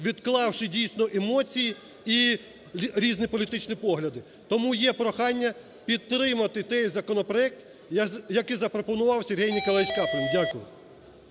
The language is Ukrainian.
відклавши дійсно емоції і різні політичні погляди. Тому є прохання підтримати той законопроект, як і запропонував Сергій Николаевич Каплін. Дякую.